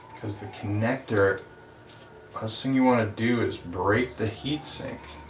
because the connector last thing you want to do is break the heatsink